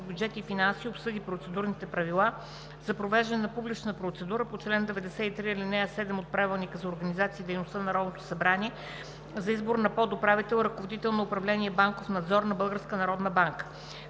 бюджет и финанси обсъди процедурни правила за провеждане на публична процедура по чл. 93, ал. 7 от Правилника за организацията и дейността на Народното събрание за избор на подуправител – ръководител на управление „Банков надзор“ на